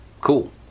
Cool